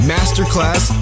Masterclass